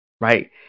right